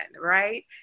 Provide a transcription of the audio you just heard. right